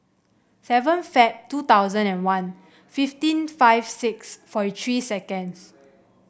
seven Feb two thousand and one fifteen five six forty three seconds